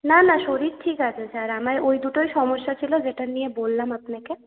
না না শরীর ঠিক আছে স্যার আমার ওই দুটোই সমস্যা ছিল যেটা নিয়ে বললাম আপনাকে